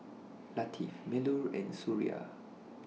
Latif Melur and Suria